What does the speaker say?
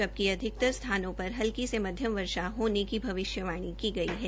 जबकि अधिकतर स्थानों पर इल्की से मध्यम वर्षा होने की भविष्यवाणी की है